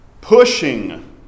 Pushing